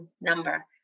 number